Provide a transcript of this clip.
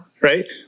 right